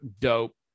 dope